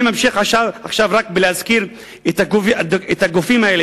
אני ממשיך עכשיו רק להזכיר את הגופים האלה,